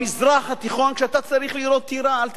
במזרח התיכון, כשאתה צריך לירות תירה, אל תדבר.